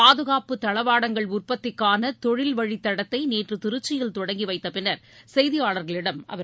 பாதுகாப்பு தளவாடங்கள் உற்பத்திக்கான தொழில் வழித்தடத்தை நேற்று திருச்சியில் தொடங்கி வைத்த பின்னர் செய்தியாளர்களிடம் அவர் பேசினார்